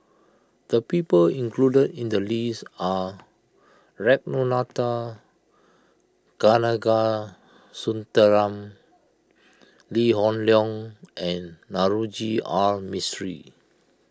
the people included in the list are Ragunathar Kanagasuntheram Lee Hoon Leong and Navroji R Mistri